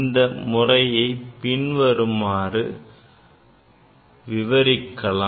இந்த முறையைப் பின்வருமாறு விவரிக்கலாம்